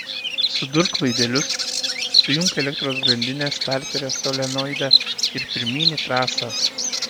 sudurk laidelius sujunk elektros grandinę starterio solenoide ir pirmyn į trasą